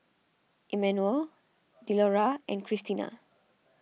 Emanuel Delora and Krystina